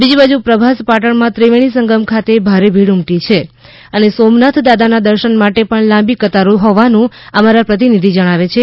બીજી બાજુ પ્રભાસ પાટણ માં ત્રિવેણી સંગમ ખાતે ભારે ભીડ ઉમટી છે અને સોમનાથ દાદા ના દર્શન માટે પણ લાંબી કતારો હોવાનું અમારા પ્રતિનિધિ જણાવે છે